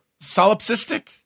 solipsistic